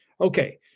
Okay